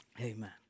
Amen